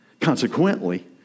Consequently